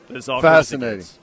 Fascinating